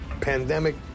Pandemic